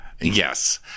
Yes